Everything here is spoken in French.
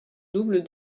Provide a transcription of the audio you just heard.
double